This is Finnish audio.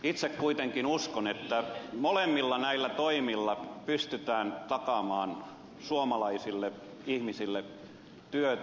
itse kuitenkin uskon että molemmilla näillä toimilla pystytään takaamaan suomalaisille ihmisille työtä